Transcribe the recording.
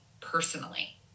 personally